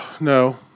No